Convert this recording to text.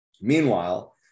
Meanwhile